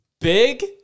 Big